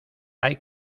hay